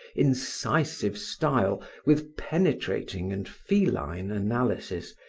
incisive style with penetrating and feline analysis,